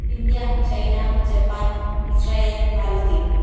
India China Japan Israel Palestine